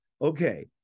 okay